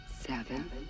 seven